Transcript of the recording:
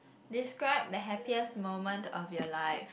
describe the happiest moment of your life